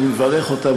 ואני מברך אותם.